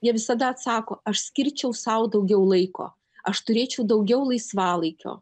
jie visada atsako aš skirčiau sau daugiau laiko aš turėčiau daugiau laisvalaikio